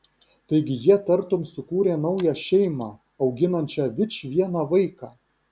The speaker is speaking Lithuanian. taigi jie tartum sukūrė naują šeimą auginančią vičvieną vaiką